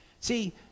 See